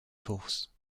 course